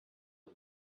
the